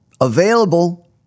available